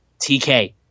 TK